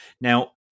Now